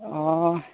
অঁ